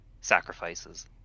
sacrifices